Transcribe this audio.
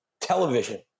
television